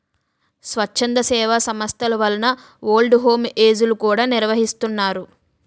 స్వచ్ఛంద సేవా సంస్థల వలన ఓల్డ్ హోమ్ ఏజ్ లు కూడా నిర్వహిస్తున్నారు